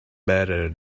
better